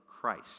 Christ